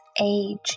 age